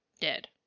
dead